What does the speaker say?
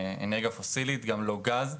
באנרגיה פוסילית, גם לא גז.